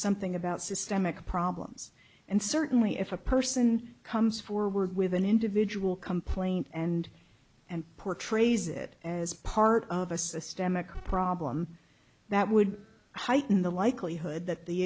something about systemic problems and certainly if a person comes forward with an individual complaint and and portrays it as part of a systemic problem that would heighten the likelihood that the